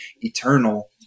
eternal